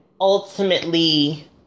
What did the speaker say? ultimately